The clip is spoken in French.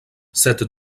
cette